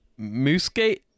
Moosegate